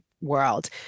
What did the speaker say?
world